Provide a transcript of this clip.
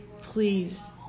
Please